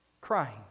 crying